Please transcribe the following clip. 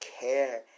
care